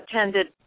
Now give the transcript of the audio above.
attended